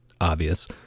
obvious